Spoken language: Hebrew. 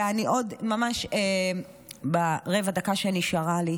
וממש ברבע הדקה שנשארה לי,